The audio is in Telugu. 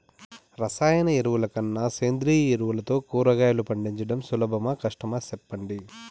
రసాయన ఎరువుల కన్నా సేంద్రియ ఎరువులతో కూరగాయలు పండించడం సులభమా కష్టమా సెప్పండి